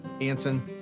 Anson